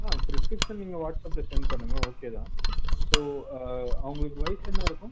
ஆ prescription நீங்கள் வாட்ஸ்அப்பில் sent பண்ணுங்கள் ஓகே தான் ஸோ அவர்களுக்கு வயது என்ன இருக்கும்